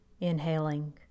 Inhaling